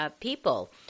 people